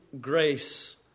grace